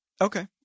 Okay